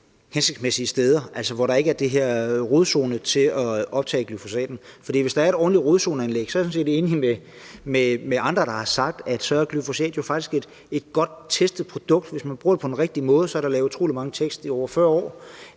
hensigtsmæssige steder, altså hvor der ikke er den her rodzone til at optage glyfosaten. Hvis der er et ordentligt rodzoneanlæg, er jeg sådan set enig med andre, der har sagt, at glyfosat jo så faktisk er et godt testet produkt – der er lavet utrolig mange test i over 40 år